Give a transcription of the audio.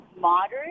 moderate